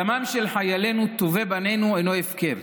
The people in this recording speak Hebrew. דמם של חיילינו, טובי בנינו, אינו הפקר.